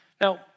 Now